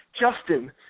Justin